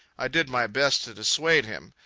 i did my best to dissuade him.